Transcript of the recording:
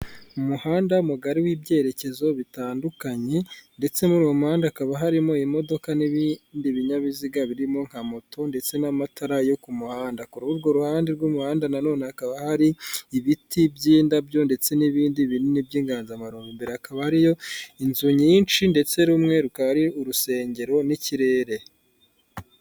Umuhanda mugari w'ibyerekezo bitandukanye ndetse muri uwo muhanda hakaba harimo imodoka n'ibindi binyabiziga birimo nka moto ndetse n'amatara yo ku muhanda, kuri urwo ruhande rw'umuhanda na none hakaba hari ibiti by'indabyo ndetse n'ibindi binini by'inganzamarombo, imbere hakaba hariyo inzu nyinshi ndetse rumwe rukaba ari urusengero n'ikirere.